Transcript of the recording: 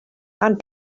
and